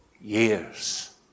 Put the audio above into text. years